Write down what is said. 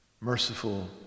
merciful